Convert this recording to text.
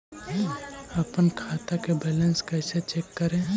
अपन खाता के बैलेंस कैसे चेक करे?